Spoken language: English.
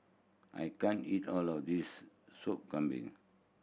I can't eat all of this Sop Kambing